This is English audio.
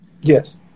Yes